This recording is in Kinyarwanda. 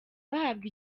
bahabwa